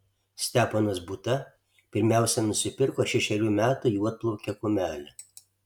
steponas būta pirmiausia nusipirko šešerių metų juodplaukę kumelę